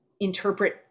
interpret